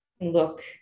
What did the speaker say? Look